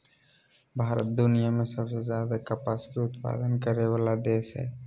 भारत दुनिया में सबसे ज्यादे कपास के उत्पादन करय वला देश हइ